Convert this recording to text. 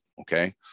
Okay